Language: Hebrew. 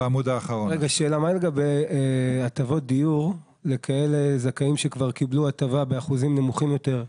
מה לגבי הטבות דיור לכאלה זכאים שכבר קיבלו הטבה באחוזים נמוכים יותר,